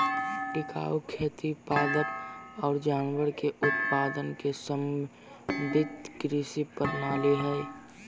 टिकाऊ खेती पादप और जानवर के उत्पादन के समन्वित कृषि प्रणाली हइ